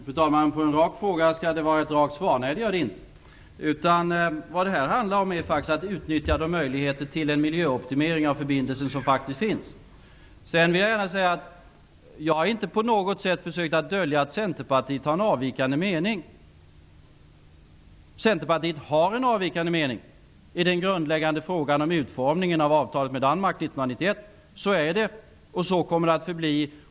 Fru talman! På en rak fråga skall det vara ett rakt svar: Nej, det gör det inte. Vad det här handlar om är faktiskt att utnyttja de möjligheter till en miljöoptimering av förbindelsen som faktiskt finns. Jag har inte på något sätt försökt att dölja att Centerpartiet har en avvikande mening. Centerpartiet har en avvikande mening i den grundläggande frågan om utformningen av avtalet med Danmark 1991. Så är det, och så kommer det att förbli.